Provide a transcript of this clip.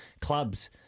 clubs